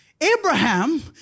Abraham